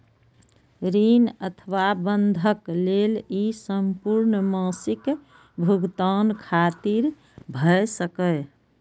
ऋण अथवा बंधक लेल ई संपूर्ण मासिक भुगतान खातिर भए सकैए